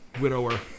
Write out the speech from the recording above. widower